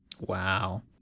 wow